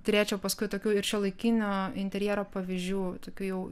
turėčiau paskui tokių ir šiuolaikinio interjero pavyzdžių tokių jau